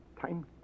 Time